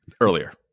Earlier